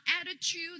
attitude